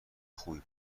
خوبی